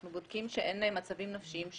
אנחנו בודקים שאין מצבים נפשיים.